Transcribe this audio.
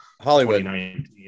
hollywood